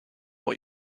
what